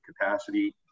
capacity